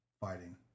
fighting